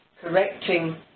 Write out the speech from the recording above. correcting